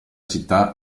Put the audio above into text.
città